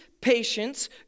patience